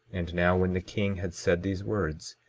and now when the king had said these words,